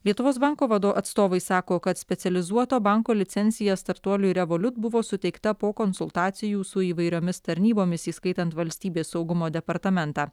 lietuvos banko vado atstovai sako kad specializuoto banko licencija startuoliui revoliut buvo suteikta po konsultacijų su įvairiomis tarnybomis įskaitant valstybės saugumo departamentą